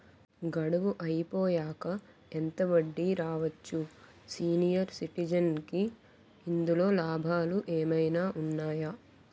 గడువు అయిపోయాక ఎంత వడ్డీ రావచ్చు? సీనియర్ సిటిజెన్ కి ఇందులో లాభాలు ఏమైనా ఉన్నాయా?